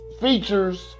features